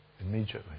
immediately